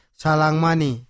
salangmani